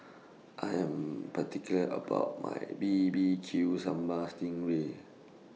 I Am particular about My B B Q Sambal Sting Ray